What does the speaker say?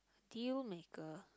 deal maker